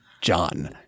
John